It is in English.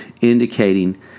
indicating